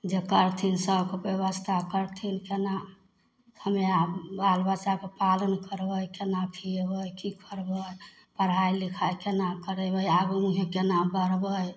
जे करथिन सबके व्यवस्था करथिन केना हम्मे आब बालबच्चाके पालन करबै केना खियेबै की करबै पढ़ाइ लिखाइ केना करेबै आगू मुँहे केना बढ़बै